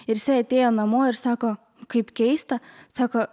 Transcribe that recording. ir jisai atėjo namo ir sako kaip keista sako